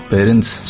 Parents